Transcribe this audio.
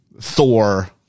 Thor